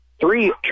Three